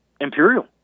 imperial